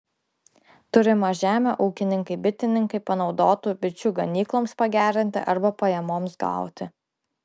turimą žemę ūkininkai bitininkai panaudotų bičių ganykloms pagerinti arba pajamoms gauti